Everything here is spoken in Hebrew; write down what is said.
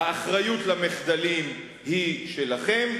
האחריות למחדלים היא שלכם,